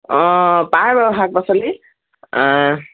অঁ পায় বাৰু শাক পাচলি